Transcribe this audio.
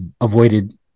avoided